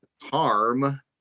harm